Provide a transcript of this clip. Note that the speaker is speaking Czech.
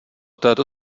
této